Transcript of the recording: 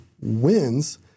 wins